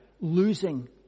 losing